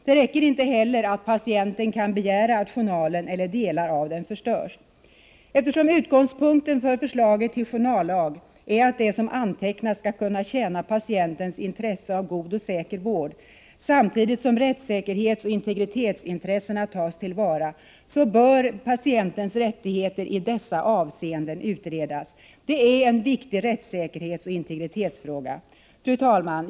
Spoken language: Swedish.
Det räcker inte heller att patienten kan begära att journalen eller delar av den förstörs. Eftersom utgångspunkten för förslaget till journallag är att det som antecknas skall kunna tjäna patientens intresse av god och säker vård, samtidigt som rättssäkerhetsoch integritetsintressena tas till vara, bör patientens rättigheter i dessa avseenden utredas. Det är en viktig rättssäkerhetsoch integritetsfråga. Fru talman!